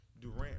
Durant